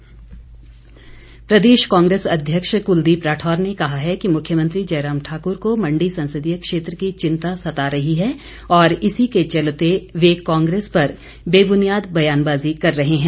कुलदीप राठौर प्रदेश कांग्रेस अध्यक्ष कुलदीप राठौर ने कहा है कि मुख्यमंत्री जयराम ठाकुर को मण्डी संसदीय क्षेत्र की चिंता सता रही है और इसी के चलते वे कांग्रेस पर बेबुनियाद बयानबाजी कर रहे हैं